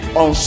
on